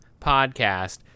podcast